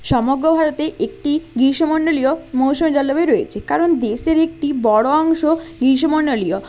সমগ্র ভারতে একটি গ্রীষ্ম মণ্ডলীয় মৌসুমি জলবায়ু রয়েছে কারণ দেশের একটি বড়ো অংশ গ্রীষ্ম মণ্ডলীয়